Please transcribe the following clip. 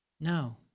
No